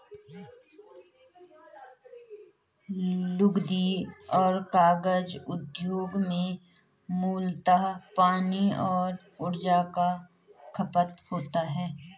लुगदी और कागज उद्योग में मूलतः पानी और ऊर्जा का खपत होता है